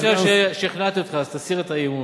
אני חושב ששכנעתי אותך, אז תסיר את האי-אמון.